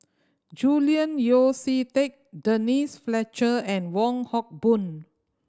Julian Yeo See Teck Denise Fletcher and Wong Hock Boon